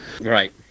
Right